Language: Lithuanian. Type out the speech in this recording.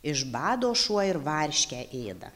iš bado šuo ir varškę ėda